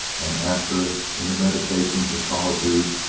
and after, in the meditations of soli tude,